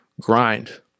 grind